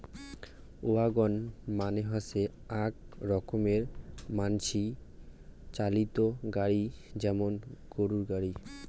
wagon মানে হসে আক রকমের মানসি চালিত গাড়ি যেমন গরুর গাড়ি